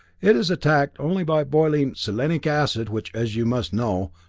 it is attacked only by boiling selenic acid which, as you must know,